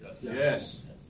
Yes